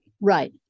Right